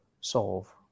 solve